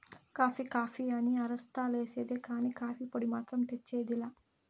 coffee coffee అని అరస్తా లేసేదే కానీ, కాఫీ పొడి మాత్రం తెచ్చేది లా